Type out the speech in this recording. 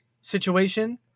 situation